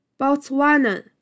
Botswana